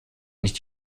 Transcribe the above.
nicht